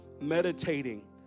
meditating